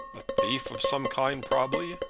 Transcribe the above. a thief of some kind probably.